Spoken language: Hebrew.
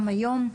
גם היום,